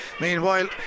meanwhile